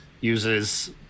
uses